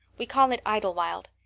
we call it idlewild.